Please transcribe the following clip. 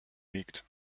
liegt